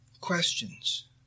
questions